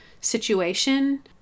situation